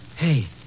Hey